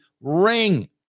ring